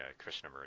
Krishnamurti